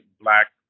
black